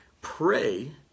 pray